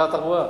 שר התחבורה,